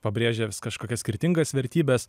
pabrėžia vis kažkokias skirtingas vertybes